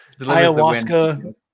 ayahuasca